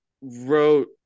wrote